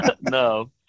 No